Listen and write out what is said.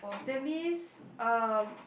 that means uh